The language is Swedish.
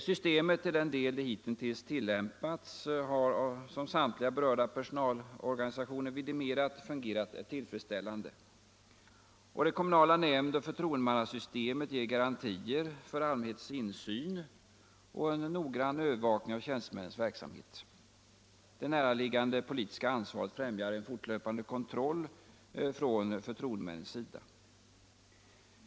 Till den verksamhet del systemet hitintills tillämpats har det, som samtliga berörda personalorganisationer vidimerat, fungerat tillfredsställande. Det kommunala nämndoch förtroendemannasystemet ger garantier för allmänhetens insyn och en noggrann övervakning av tjänstemännens verksamhet. Det näraliggande politiska ansvaret främjar en fortlöpande kontroll från förtroendemännens sida.